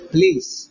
Please